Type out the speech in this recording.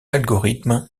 algorithme